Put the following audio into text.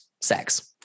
sex